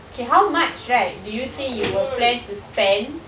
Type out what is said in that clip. okay how much right do you think you will plan to spend